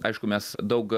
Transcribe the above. aišku mes daug